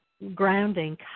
grounding